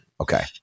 Okay